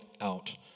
out